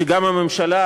שגם הממשלה,